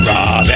Rob